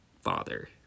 father